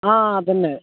ആ അതുതന്നെ